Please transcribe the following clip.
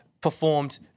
performed